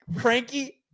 Frankie